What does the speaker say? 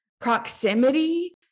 proximity